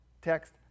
text